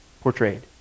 portrayed